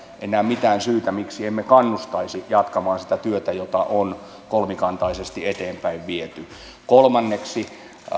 en näe mitään syytä miksi emme kannustaisi jatkamaan sitä työtä jota on kolmikantaisesti eteenpäin viety kolmanneksi